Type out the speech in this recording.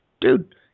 Dude